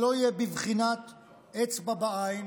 שלא יהיו בבחינת אצבע בעין